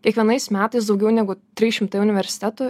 kiekvienais metais daugiau negu trys šimtai universitetų